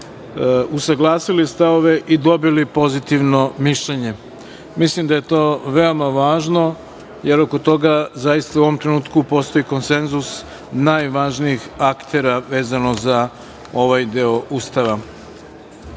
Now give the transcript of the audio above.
usaglasili stavove i dobili pozitivno mišljenje. Mislim da je to veoma važno, jer oko toga zaista u ovom trenutku postoji konsenzus najvažnijih aktera vezano za ovaj deo Ustava. Dame